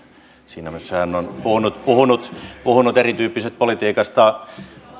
siinä missä hän on puhunut puhunut erityyppisestä politiikasta